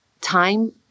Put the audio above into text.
time